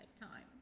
lifetime